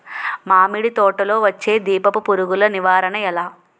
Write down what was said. మామిడి తోటలో వచ్చే దీపపు పురుగుల నివారణ ఎలా?